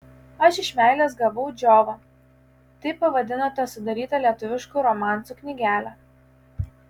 aš iš meilės gavau džiovą taip pavadinote sudarytą lietuviškų romansų knygelę